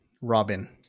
Robin